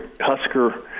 husker